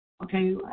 okay